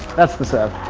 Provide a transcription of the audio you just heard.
that's the serve!